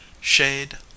shade